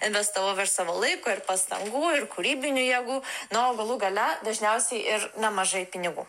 investavau ir savo laiko ir pastangų ir kūrybinių jėgų na o galų gale dažniausiai ir nemažai pinigų